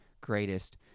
greatest